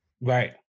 Right